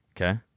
Okay